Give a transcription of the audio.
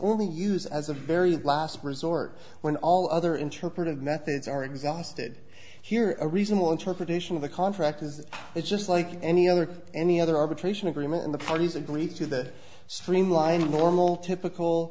only use as a very last resort when all other interpretive methods are exhausted here a reasonable interpretation of the contract is it's just like any other any other arbitration agreement and the parties agree to that streamlining the normal typical